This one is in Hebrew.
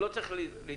ולא צריך --- בבקשה,